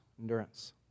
endurance